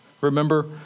Remember